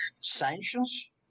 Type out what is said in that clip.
sanctions